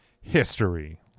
history